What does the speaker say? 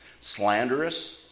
Slanderous